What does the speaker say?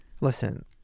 Listen